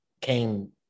came